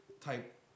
type